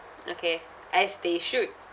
okay as they should